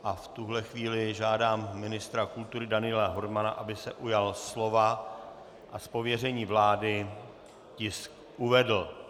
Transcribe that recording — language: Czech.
A v tuhle chvíli žádám ministra kultury Daniela Hermana, aby se ujal slova a z pověření vlády tisk uvedl.